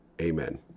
Amen